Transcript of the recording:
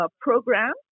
program